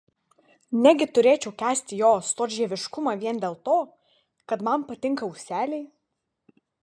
negi turėčiau kęsti jo storžieviškumą vien dėl to kad man patinka ūseliai